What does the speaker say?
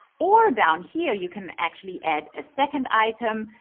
or down here, you can actually add a second item,